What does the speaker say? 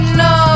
no